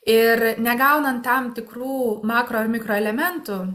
ir negaunant tam tikrų makro ir mikroelementų